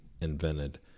invented